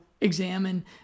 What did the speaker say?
examine